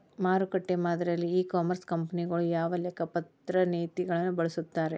ಮಾರುಕಟ್ಟೆ ಮಾದರಿಯಲ್ಲಿ e commerce ಕಂಪನಿಗಳು ಯಾವ ಲೆಕ್ಕಪತ್ರ ನೇತಿಗಳನ್ನ ಬಳಸುತ್ತಾರಿ?